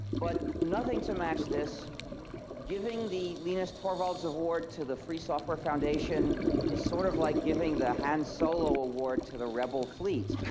but nothing to match this giving the linus tovarlds award to the free software foundation is sort of like giving the han solo award to the rebel fleet.